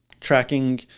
Tracking